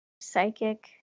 psychic